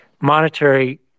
monetary